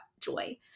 joy